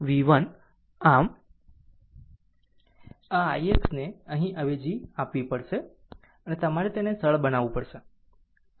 આમ આમ v1 આમ આ ix ને અહીં અવેજી આપવી પડશે અને તમારે તેને સરળ બનાવવું પડશે